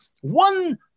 one